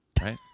Right